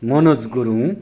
Manoj Gurung